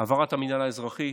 העברת המינהל האזרחי